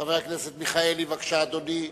חבר הכנסת מיכאלי, בבקשה, אדוני.